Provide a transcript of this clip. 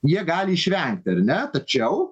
jie gali išvengti ar ne tačiau